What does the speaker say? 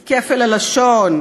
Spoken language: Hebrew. את כפל הלשון,